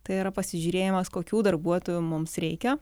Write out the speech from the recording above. tai yra pasižiūrėjimas kokių darbuotojų mums reikia